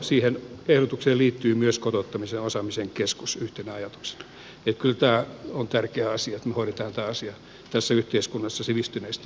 siihen ehdotukseen liittyy myös kotouttamisen ja osaamisen keskus yhtenä ajatuksena ja kyllä tämä on tärkeä asia että me hoidamme tämän asian tässä yhteiskunnassa sivistyneesti ja hyvin